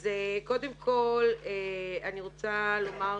קודם כל, אני רוצה לומר